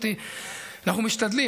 אנחנו משתדלים.